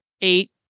eight